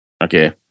Okay